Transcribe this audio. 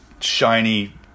shiny